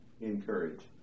encourage